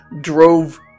drove